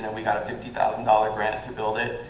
and we got a fifty thousand dollars grant to build it.